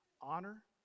Honor